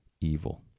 evil